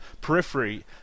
periphery